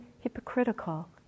hypocritical